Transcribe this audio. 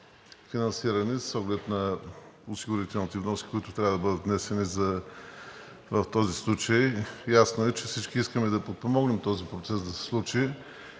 финансиране с оглед на осигурителните вноски, които трябва да бъдат внесени в този случай. Ясно е, че всички искаме да подпомогнем този процес да се случи.